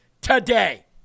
today